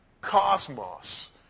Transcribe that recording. cosmos